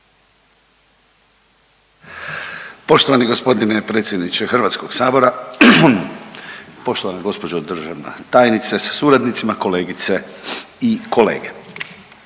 Poštovani g. predsjedniče HS-a, poštovana gospođo državna tajnice sa suradnicima, kolegice i kolege.